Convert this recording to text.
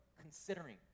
considering